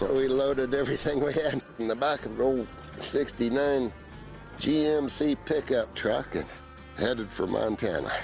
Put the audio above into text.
we loaded everything we had in the back of an old sixty nine gmc pickup truck and headed for montana.